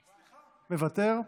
מוותר.